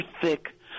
thick